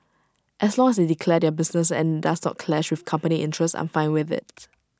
as long as they declare their business and IT does not clash with company interests I'm fine with IT